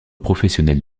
professionnel